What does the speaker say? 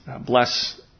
bless